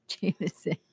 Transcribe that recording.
Jameson